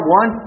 one